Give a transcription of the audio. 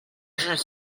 jeux